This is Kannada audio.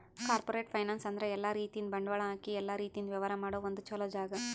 ಕಾರ್ಪೋರೇಟ್ ಫೈನಾನ್ಸ್ ಅಂದ್ರ ಎಲ್ಲಾ ರೀತಿಯಿಂದ್ ಬಂಡವಾಳ್ ಹಾಕಿ ಎಲ್ಲಾ ರೀತಿಯಿಂದ್ ವ್ಯವಹಾರ್ ಮಾಡ ಒಂದ್ ಚೊಲೋ ಜಾಗ